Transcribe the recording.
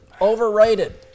Overrated